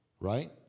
right